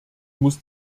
muss